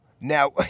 Now